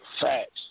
Facts